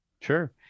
Sure